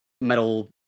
metal